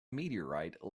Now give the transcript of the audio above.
meteorite